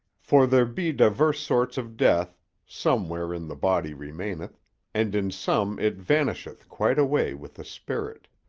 for there be divers sorts of death some wherein the body remaineth and in some it vanisheth quite away with the spirit.